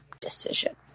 decision